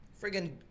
Friggin